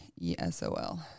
ESOL